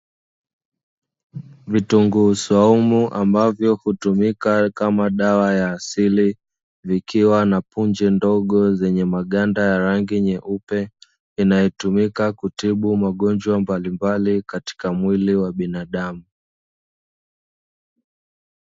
Vitunguu swamu ambavyo hutumika kama dawa ya asili, vikiwa na punje ndogo zenye maganda ya rangi nyeupe, inayotumika kutibu magonjwa mbalimbali katika mwili wa binadamu.